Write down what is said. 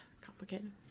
complicated